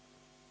Hvala